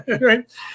right